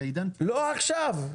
לא עכשיו.